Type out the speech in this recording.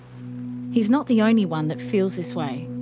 he's not the only one that feels this way.